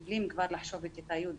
אם כבר לחשוב בכיתה י'